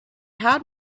had